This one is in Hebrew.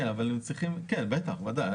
ודאי.